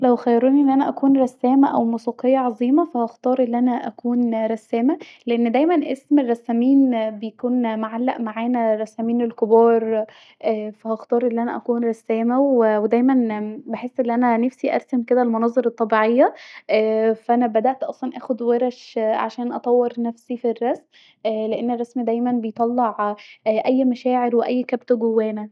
لو خيروني أن انا اكون رسامه أو موسيقيه عظيمه ف هختار أن انا اكون رسامه لأن دايما اسم الرسامين بيكون معلق معانا ااا الرسامين الكبار ف هختار أن انا اكون رسامه ودايما بحس أن انا نفسي ارسم كدا المناظر الطبيعيه ااا ف انا بدأت اصلا اخد ورش عشان أطور نفسي في الرسم لأن للرسم دايما بيطلع اي مشاعر و اي كبت جوانا